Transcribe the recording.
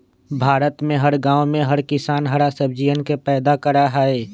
भारत में हर गांव में हर किसान हरा सब्जियन के पैदा करा हई